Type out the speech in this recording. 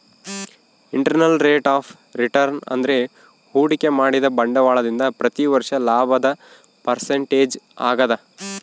internal rate of return ಅಂದ್ರೆ ಹೂಡಿಕೆ ಮಾಡಿದ ಬಂಡವಾಳದಿಂದ ಪ್ರತಿ ವರ್ಷ ಲಾಭದ ಪರ್ಸೆಂಟೇಜ್ ಆಗದ